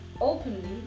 openly